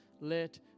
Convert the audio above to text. let